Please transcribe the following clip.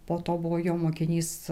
po to buvo jo mokinys